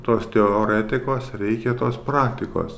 tos teoretikos reikia tos praktikos